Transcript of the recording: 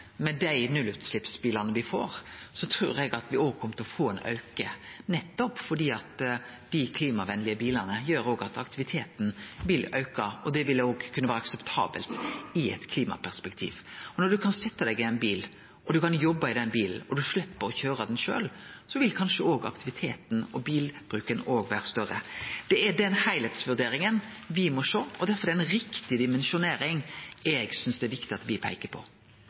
med dei nullutsleppsbilane me får, kjem me òg til å få ein auke, nettopp fordi dei klimavenlege bilane gjer at aktiviteten òg vil auke, og det vil òg kunne vere akseptabelt i eit klimaperspektiv. Når ein kan setje seg i ein bil, når ein kan jobbe i den bilen og slepp å køyre han sjølv, vil kanskje òg aktiviteten og bilbruken auke. Det er den heilskapsvurderinga me må sjå på, og derfor er ei riktig dimensjonering det eg synest det er viktig at me peiker på.